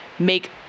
make